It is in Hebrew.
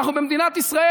אנחנו במדינת ישראל,